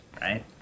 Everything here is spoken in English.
right